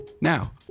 Now